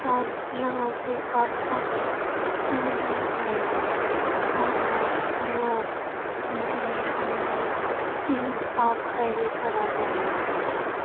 اور یہاں سے آپ کو بھی دور نہیں پڑے گا اور نہ ہی میں آ میں لیٹ ہوں گی پلیز آپ ہائی وے پر آ جائیے